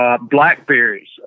Blackberries